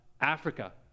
Africa